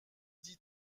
dis